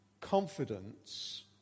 confidence